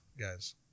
guys